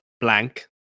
blank